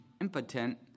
impotent